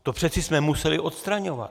To přeci jsme museli odstraňovat.